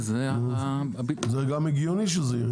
זה גם הגיוני שזה ירד.